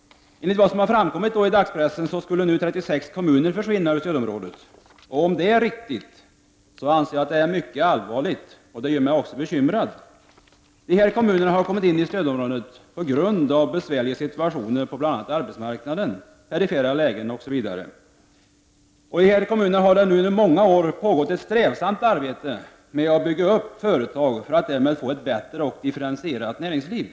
Enligt vad som framkommit i dagspressen skulle nu 36 kommuner försvinna ur stödområdet. Om detta är riktigt, så anser jag att detta är mycket allvarligt, och det gör mig bekymrad. De här kommunerna har kommit in i stödområdet på grund av besvärliga situationer på bl.a. arbetsmarknaden, perifera lägen osv. I de här kommunerna har det nu under många år pågått ett strävsamt ar bete med att bygga upp företag, för att därmed få ett bättre och mer differentierat näringsliv.